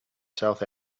south